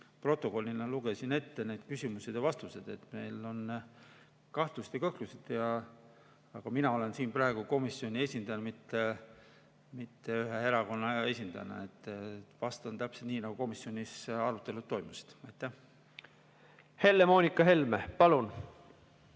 protokollist lugesin ette need küsimused ja vastused, kahtlused ja kõhklused. Ja mina olen siin praegu komisjoni esindaja, mitte ühe erakonna esindaja. Vastan täpselt nii, nagu komisjonis arutelud toimusid. Helle-Moonika Helme, palun!